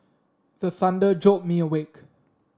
the thunder jolt me awake